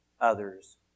others